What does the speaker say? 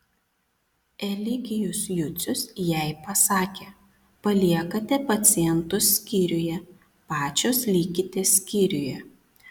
eligijus jucius jai pasakė paliekate pacientus skyriuje pačios likite skyriuje